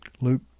Luke